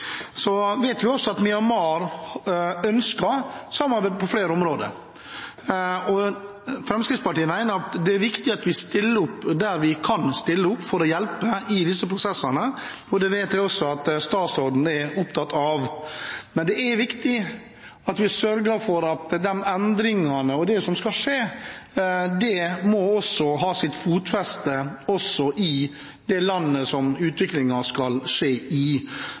Vi vet også at Myanmar ønsker samarbeid på flere områder. Fremskrittspartiet mener det er viktig at vi stiller opp der vi kan for å hjelpe til i disse prosessene, og det vet jeg at statsråden også er opptatt av. Men det er viktig at vi sørger for at endringene og det som skal skje, har fotfeste i det landet utviklingen skal skje i. Vi må bare erkjenne at vi kanskje må justere litt på våre forventninger når det